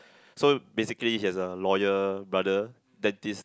so basically he has a lawyer brother that this